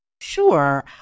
Sure